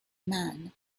man